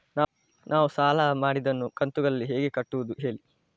ನಾವು ಸಾಲ ಮಾಡಿದನ್ನು ಕಂತುಗಳಲ್ಲಿ ಹೇಗೆ ಕಟ್ಟುದು ಹೇಳಿ